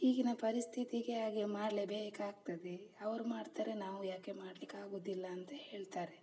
ಈಗಿನ ಪರಿಸ್ಥಿತಿಗೆ ಹಾಗೆ ಮಾಡಲೇಬೇಕಾಗ್ತದೆ ಅವರು ಮಾಡ್ತಾರೆ ನಾವು ಏಕೆ ಮಾಡಲಿಕ್ಕಾಗೋದಿಲ್ಲ ಅಂತ ಹೇಳ್ತಾರೆ